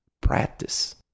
practice